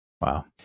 Wow